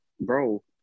bro